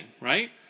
right